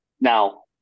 now